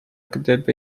gdyby